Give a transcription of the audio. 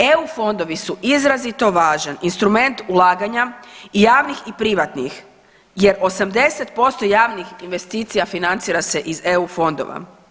EU fondovi su izrazito važan instrument ulaganja i javnih i privatnih jer 80% javnih investicija financira se iz eu fondova.